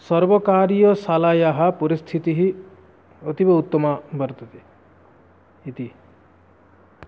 सर्वकार्यशालायाः परिस्थितिः अतीव उत्तमा वर्तते इति